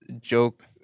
joke